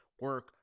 Work